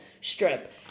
strip